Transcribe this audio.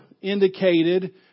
indicated